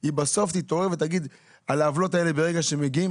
היא בסוף תתעורר ותגיד שעל העוולות האלה ברגע שמגיעים,